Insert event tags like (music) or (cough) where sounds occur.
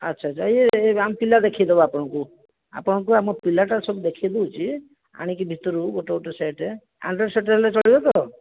ଆଚ୍ଛା (unintelligible) ଆମ ପିଲା ଦେଖାଇଦେବ ଆପଣଙ୍କୁ ଆପଣଙ୍କୁ ଆମ ପିଲାଟା ସବୁ ଦେଖାଇଦେଉଛି ଆଣିକି ଭିତରୁ ଗୋଟେ ଗୋଟେ ସେଟ୍ ଆଣ୍ଡ୍ରଏଡ଼ ସେଟ୍ ହେଲେ ଚଳିବ ତ